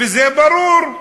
וזה ברור,